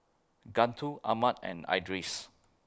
Guntur Ahmad and Idris